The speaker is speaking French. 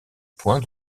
point